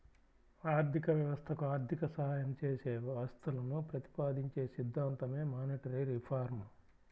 ఆర్థిక వ్యవస్థకు ఆర్థిక సాయం చేసే వ్యవస్థలను ప్రతిపాదించే సిద్ధాంతమే మానిటరీ రిఫార్మ్